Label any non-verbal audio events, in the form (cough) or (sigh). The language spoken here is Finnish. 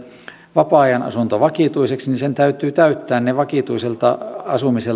vapaa ajanasunto vakituiseksi niin sen täytyy täyttää ne vakituisen asumisen (unintelligible)